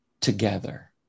together